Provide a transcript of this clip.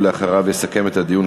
ואחריו יסכם את הדיון,